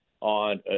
on